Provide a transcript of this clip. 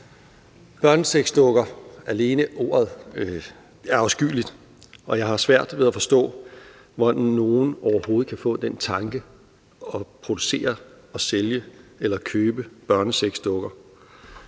Børnesexdukker – alene ordet er afskyeligt, og jeg har svært ved at forstå, hvordan nogen overhovedet kan få den tanke at producere og sælge eller købe børnesexdukker.